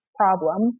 problem